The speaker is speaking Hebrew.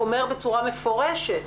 אומר בצורה מפורשת